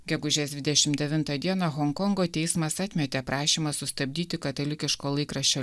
gegužės dvidešim devintą dieną honkongo teismas atmetė prašymą sustabdyti katalikiško laikraščio